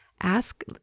ask